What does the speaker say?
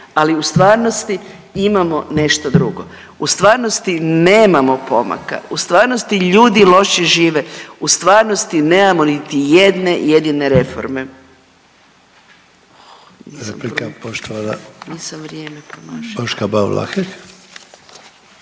Ali u stvarnosti imamo nešto drugo. U stvarnosti nemamo pomaka, u stvarnosti ljudi lošije žive, u stvarnosti nemamo niti jedne jedine reforme.